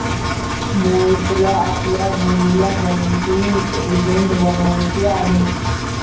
मोहितला आपल्या मुलीला बँकिंग एजंट बनवायचे आहे